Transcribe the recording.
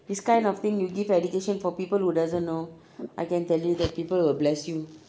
this kind of thing you give education for people who doesn't know I can tell you that people will bless you